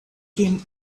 came